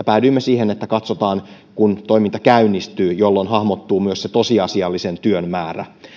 päädyimme siihen että katsotaan kun toiminta käynnistyy jolloin hahmottuu myös se tosiasiallisen työn määrä